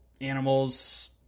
animals